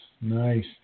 Nice